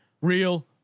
real